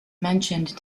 mentioned